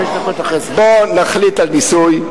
בוא נחליט על ניסוי,